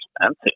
expensive